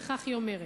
וכך היא אומרת: